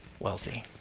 wealthy